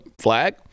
flag